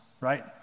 right